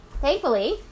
thankfully